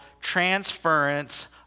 transference